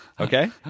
Okay